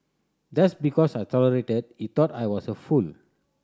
just because I tolerated he thought I was a fool